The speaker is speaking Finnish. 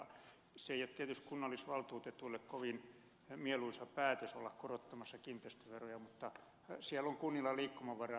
se ei ole tietysti kunnallisvaltuutetuille kovin mieluisa päätös olla korottamassa kiinteistöveroja mutta siellä on kunnilla liikkumavaraa